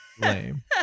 lame